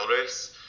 race